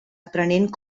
aprenent